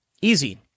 Easy